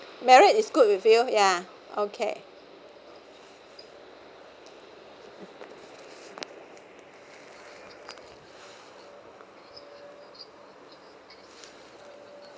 marriott is good with you ya okay